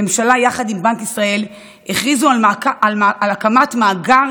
הממשלה ובנק ישראל הכריזו על הקמת מאגר